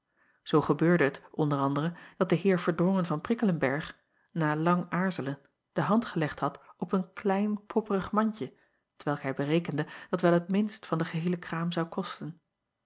zoo gebeurde het onder anderen dat de eer erdrongen van rikkelenberg na lang aarzelen de hand gelegd had op een klein popperig mandje t welk hij berekende dat wel het minst van den geheelen kraam zou kosten